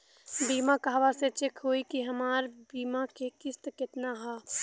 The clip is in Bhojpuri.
बीमा कहवा से चेक होयी की हमार बीमा के किस्त केतना ह?